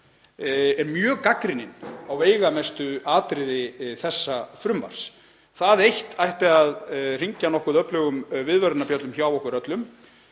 var mjög gagnrýninn á veigamestu atriði þessa frumvarps. Það eitt ætti að hringja nokkuð öflugum viðvörunarbjöllum hjá okkur öllum.